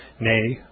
nay